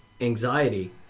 anxiety